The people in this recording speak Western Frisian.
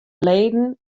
leden